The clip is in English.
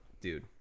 Dude